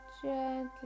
Gently